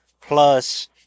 Plus